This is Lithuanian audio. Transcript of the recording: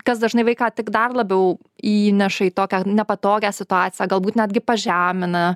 kas dažnai vaiką tik dar labiau įneša į tokią nepatogią situaciją galbūt netgi pažemina